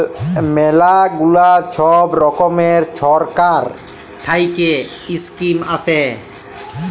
ম্যালা গুলা ছব রকমের ছরকার থ্যাইকে ইস্কিম আসে